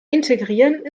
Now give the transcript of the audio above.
integrieren